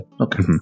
Okay